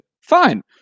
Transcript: Fine